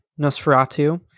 nosferatu